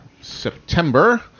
September